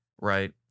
right